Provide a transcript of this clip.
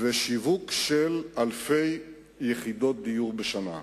וכן שיווק של אלפי יחידות דיור בשנה.